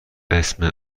اسم